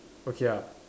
okay ah